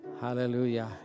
Hallelujah